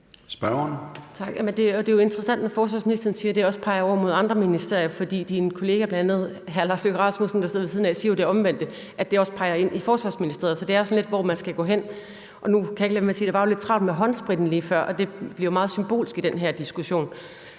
(EL): Tak. Det er jo interessant, når forsvarsministeren siger, at det også peger over mod andre ministerier, for ministerens kollega, udenrigsministeren, der sidder ved siden af, siger jo det omvendte, altså at det også peger ind i Forsvarsministeriet. Så det er jo et spørgsmål, hvor man skal gå hen. Nu kan jeg ikke lade være med at sige, at der jo var lidt travlt med håndspritten lige før, og det bliver meget symbolsk for den her diskussion.